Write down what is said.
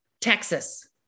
Texas